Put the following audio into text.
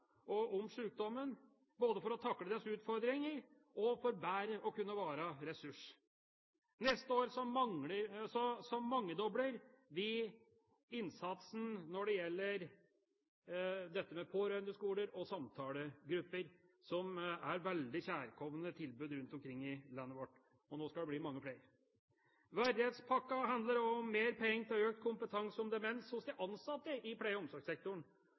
kunnskap om sykdommen, både for å takle utfordringer og bedre kunne være en ressurs. Neste år mangedobler vi innsatsen når det gjelder pårørendeskoler og samtalegrupper, som er veldig kjærkomne tilbud rundt omkring i landet vårt. Nå skal det bli mange flere. Verdighetspakken handler også om mer penger til økt kompetanse om demens hos de ansatte i pleie- og omsorgssektoren.